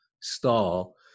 stall